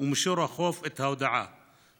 ומישור החוף, את ההודעה.